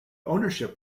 ownership